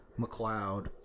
McLeod